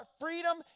freedom